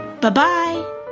Bye-bye